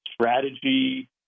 strategy